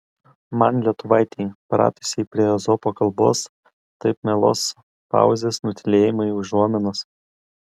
man lietuvaitei pratusiai prie ezopo kalbos taip mielos pauzės nutylėjimai užuominos